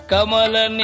Kamala